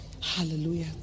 Hallelujah